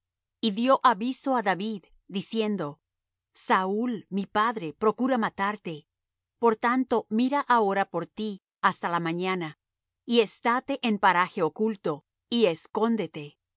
y dió aviso á david diciendo saúl mi padre procura matarte por tanto mira ahora por ti hasta la mañana y estáte en paraje oculto y escóndete